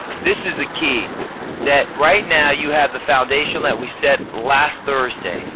this is the key that right now, you have the foundation that we set last thursday.